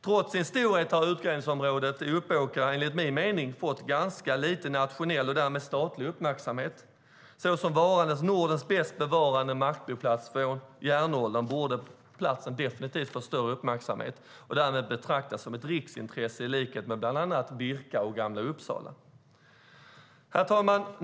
Trots sin storhet har utgrävningsområdet Uppåkra enligt min mening fått ganska lite nationell och därmed statlig uppmärksamhet. Så som varande Nordens bäst bevarade maktboplats från järnåldern borde platsen definitivt få större uppmärksamhet och betraktas som ett riksintresse i likhet med bland annat Birka och Gamla Uppsala. Herr talman!